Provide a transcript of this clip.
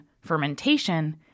fermentation